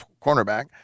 cornerback